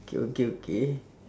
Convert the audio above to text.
okay okay okay